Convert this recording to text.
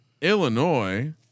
Illinois